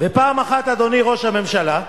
בפעם אחת, אדוני ראש הממשלה,